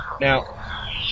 Now